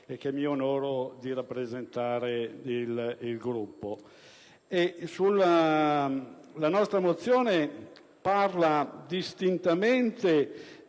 quale mi onoro di rappresentare il Gruppo. La nostra mozione parla distintamente